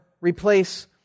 replace